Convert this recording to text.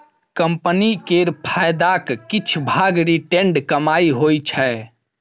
company केर फायदाक किछ भाग रिटेंड कमाइ होइ छै